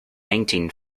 nineteen